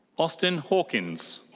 austin hawkins.